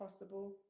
possible